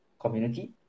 community